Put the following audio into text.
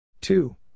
Two